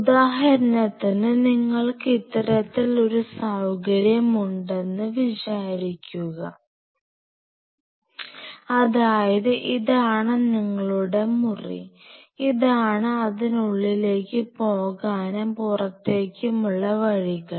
ഉദാഹരണത്തിന് നിങ്ങൾക്ക് ഇത്തരത്തിൽ ഒരു സൌകര്യം ഉണ്ടെന്നു വിചാരിക്കുക അതായത് ഇതാണ് നിങ്ങളുടെ മുറി ഇതാണ് അതിനുള്ളിലേക്ക് പോകാനും പുറത്തേക്കുമുള്ള വഴികൾ